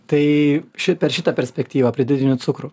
tai šit per šitą perspektyvą pridėtinių cukrų